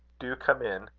do come in,